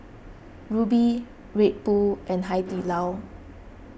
Rubi Red Bull and Hai Di Lao